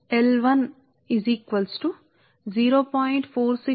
కాబట్టి మీరు మీ సమీకరణం 40 ని 33 తో పోల్చినట్లయితే